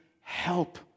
help